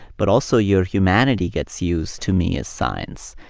but also your humanity gets used, to me, is science.